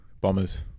Bombers